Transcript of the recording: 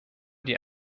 die